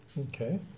Okay